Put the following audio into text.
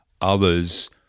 others